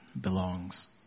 belongs